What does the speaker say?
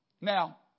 Now